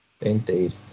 indeed